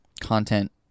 content